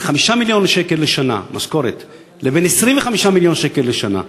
בין 5 מיליון שקל לשנה לבין 25 מיליון שקל לשנה,